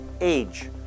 age